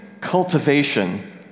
cultivation